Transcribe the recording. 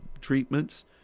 treatments